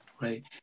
right